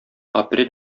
апрель